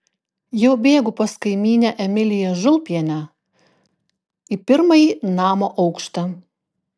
jau bėgu pas kaimynę emiliją žulpienę į pirmąjį namo aukštą